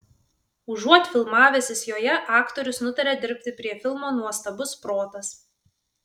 užuot filmavęsis joje aktorius nutarė dirbti prie filmo nuostabus protas